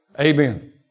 Amen